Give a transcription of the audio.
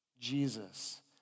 Jesus